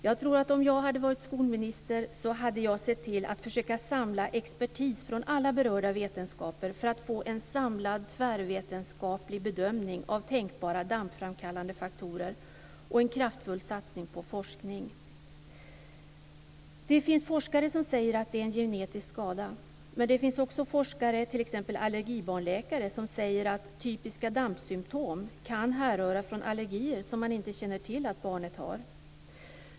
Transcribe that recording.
Jag tror att om jag hade varit skolminister hade jag sett till att försöka samla expertis från alla berörda vetenskaper för att få en samlad tvärvetenskaplig bedömning av tänkbara DAMP-framkallande faktorer och en kraftfull satsning på forskning. Det finns forskare som säger att det är en genetisk skada. Men det finns också forskare, t.ex. allergibarnläkare, som säger att typiska DAMP-symtom kan härröra från allergier som man inte känner till att barnet har.